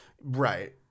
Right